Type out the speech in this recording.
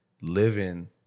living